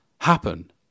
happen